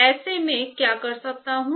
ऐसे में मैं क्या कर सकता हूं